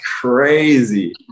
crazy